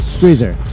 Squeezer